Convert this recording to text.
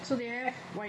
so they have white